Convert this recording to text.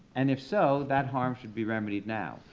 and if so, that harm should be remedied now.